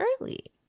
early